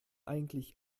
eigentlich